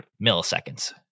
milliseconds